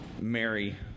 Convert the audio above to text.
Mary